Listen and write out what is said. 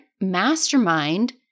mastermind